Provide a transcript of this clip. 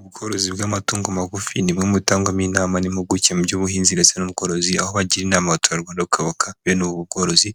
Ubworozi bw'amatungo magufi ni bumwe mubutangwamo inama n'impuguke mu by'ubuhinzi ndetse n'ubworozi aho bagira inama abaturarwanda bukora bene ubu bworozi